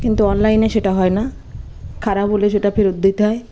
কিন্তু অনলাইনে সেটা হয় না খারাপ হলে সেটা ফেরত দিতে হয়